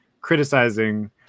criticizing